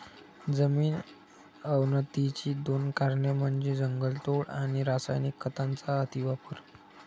जमीन अवनतीची दोन कारणे म्हणजे जंगलतोड आणि रासायनिक खतांचा अतिवापर